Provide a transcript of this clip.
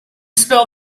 spell